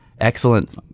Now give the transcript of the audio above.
Excellent